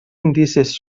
indicis